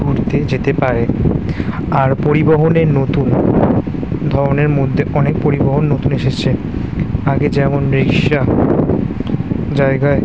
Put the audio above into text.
ঘুরতে যেতে পারে আর পরিবহনে নতুন ধরনের মধ্যে অনেক পরিবহন নতুন এসেছে আগে যেমন রিকশা জায়গায়